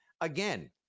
again